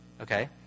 Okay